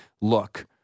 look